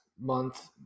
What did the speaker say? month